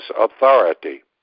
authority